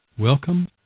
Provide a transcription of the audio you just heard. Welcome